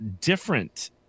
different